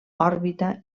òrbita